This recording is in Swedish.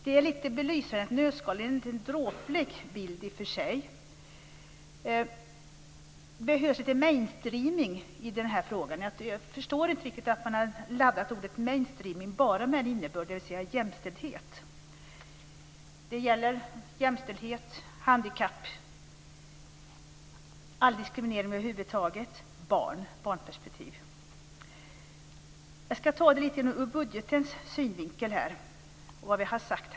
Detta är belysande och i ett nötskal en i och för sig dråplig bild av situationen. Det behövs lite mainstreaming i denna fråga. Jag förstår inte riktigt att man laddat ordet mainstreaming med bara innebörden jämställdhet. Det handlar om jämställdhet och handikappade, all diskriminering över huvud taget och också om barnperspektivet. Jag ska ta det här ur budgetsynvinkel och med tanke på vad som sagts.